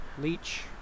Leech